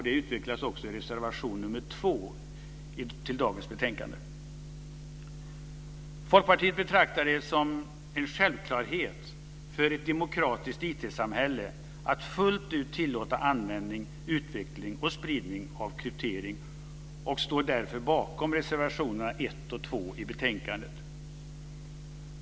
Det utvecklas också i reservation nr 2 i dagens betänkande. Folkpartiet betraktar det som en självklarhet för ett demokratiskt IT-samhälle att fullt ut tillåta användning, utveckling och spridning av kryptering och står därför bakom reservationerna 1 och 2 i betänkandet.